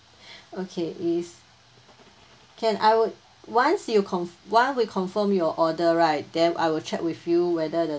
okay is can I would once you conf~ once we confirm your order right then I will check with you whether the